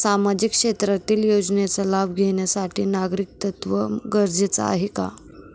सामाजिक क्षेत्रातील योजनेचा लाभ घेण्यासाठी नागरिकत्व गरजेचे आहे का?